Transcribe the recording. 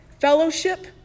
fellowship